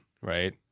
right